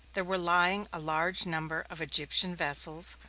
there were lying a large number of egyptian vessels,